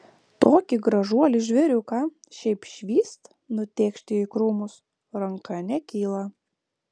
tokį gražuolį žvėriuką šiaip švyst nutėkšti į krūmus ranka nekyla